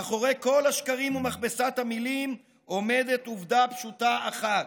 מאחורי כל השקרים ומכבסת המילים עומדת עובדה פשוטה אחת: